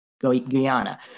Guyana